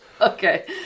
Okay